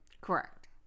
Correct